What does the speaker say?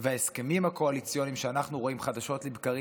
וההסכמים הקואליציוניים שאנחנו רואים חדשות לבקרים